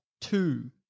two